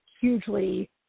hugely